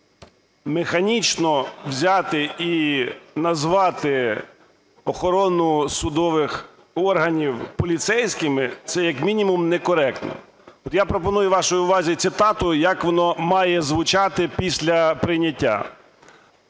Механічно взяти і назвати охорону судових органів поліцейськими – це, як мінімум, некоректно. От я пропоную вашій увазі цитату, як воно має звучати після прийняття: